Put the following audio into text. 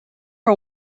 for